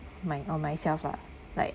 my on myself lah like